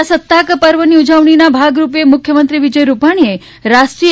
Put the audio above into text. પ્રજાસત્તાક પર્વની ઉજવણીના ભાગરૂપે મુખ્યમંત્રી વિજય રૂપાણીએ રાષ્ટ્રીય